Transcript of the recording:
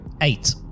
Eight